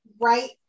right